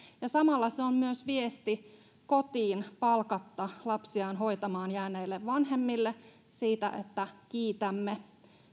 ja samalla se on myös viesti kotiin palkatta lapsiaan hoitamaan jääneille vanhemmille siitä että kiitämme